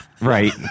Right